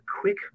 quick